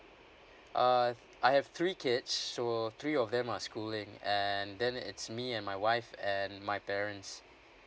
uh I have three kids so three of them are schooling and then it's me and my wife and my parents